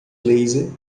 laser